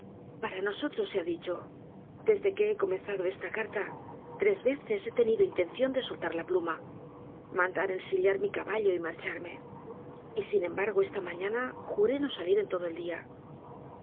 para nosotros sea dicho desde que he comenzado esta carta tres veces he tenido intención de soltar la pluma mandar ensillar mi caballo y marcharme y sin embargó ésta mañana juré no salir en todo el dia